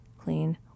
clean